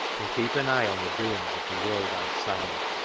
and keep an eye on the doings of the world outside.